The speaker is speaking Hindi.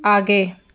आगे